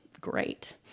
Great